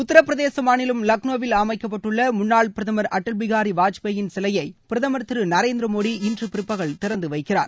உத்தரபிரதேச மாநிலம் லக்னோவில் அமைக்கப்பட்டுள்ள முன்னாள் பிரதமர் அடல் பிஹாரி வாஜ்பாயின் சிலையை பிரதமர் திரு நரேந்திர மோடி இன்று பிறபகல் திறந்து வைக்கிறார்